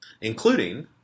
including